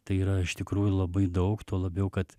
tai yra iš tikrųjų labai daug tuo labiau kad